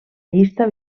llista